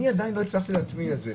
אני עדיין לא הצלחתי להבין את זה.